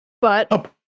but-